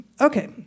Okay